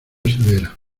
severa